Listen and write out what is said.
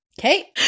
Okay